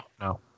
No